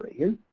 here.